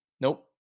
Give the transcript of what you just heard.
Nope